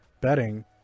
betting